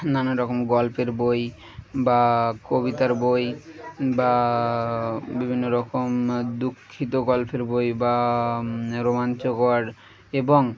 নানা রকম গল্পের বই বা কবিতার বই বা বিভিন্ন রকম দুঃখিত গল্পের বই বা রোমাঞ্চকর এবং